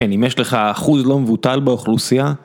אין, אם יש לך אחוז לא מבוטל באוכלוסייה...